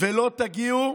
ולא תגיעו